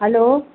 hello